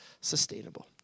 sustainable